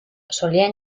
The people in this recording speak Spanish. solían